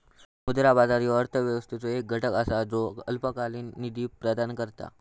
मुद्रा बाजार ह्यो अर्थव्यवस्थेचो एक घटक असा ज्यो अल्पकालीन निधी प्रदान करता